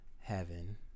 Heaven